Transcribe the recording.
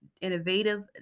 innovative